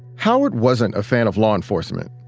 howard wasn't a fan of law enforcement.